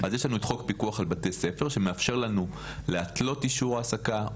אז יש לנו את חוק פיקוח על בתי הספר שמאפשר לנו להתלות אישור העסקה,